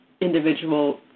individual